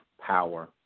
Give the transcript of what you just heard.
power